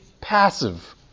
passive